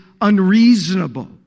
unreasonable